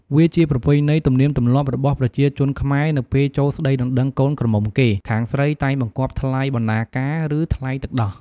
វាជាប្រពៃណីទំនៀមទម្លាប់របស់ប្រជាជនខ្មែរ នៅពេលចូលស្ដីដណ្ដឹងកូនក្រមុំគេ ខាងស្រីតែងបង្គាប់ថ្លៃបណ្ណាការ ឬថ្លៃទឹកដោះ។